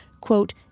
quote